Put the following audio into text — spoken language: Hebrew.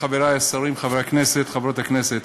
חברי השרים, חברי הכנסת, חברות הכנסת,